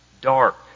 dark